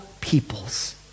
peoples